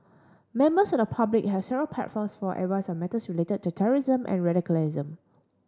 members of the public have several platforms for advice on matters related to terrorism and radicalism